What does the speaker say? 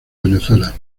venezuela